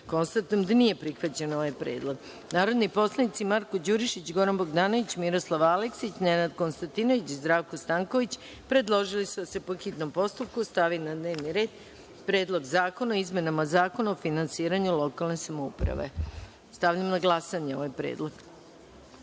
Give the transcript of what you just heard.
da nije prihvaćen ovaj predlog. Narodni poslanici Marko Đurišić, Goran Bogdanović, Miroslav Aleksić, Nenad Konstantinović i Zdravko Stanković predložili su da se, po hitnom postupku, stavi na dnevni red Predlog zakona o izmenama Zakona o finansiranju lokalne samouprave. Stavljam na glasanje ovaj